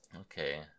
Okay